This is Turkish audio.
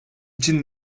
için